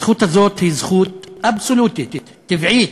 הזכות הזאת היא זכות אבסולוטית, טבעית.